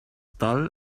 dull